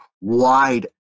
wide